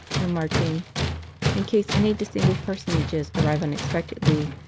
remarking in case any distinguished personages arrive unexpectedly,